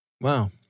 Wow